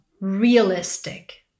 realistic